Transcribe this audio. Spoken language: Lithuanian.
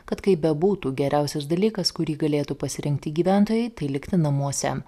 kad kaip bebūtų geriausias dalykas kurį galėtų pasirinkti gyventojai tai likti namuose